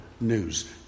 news